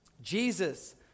Jesus